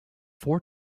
four